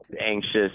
Anxious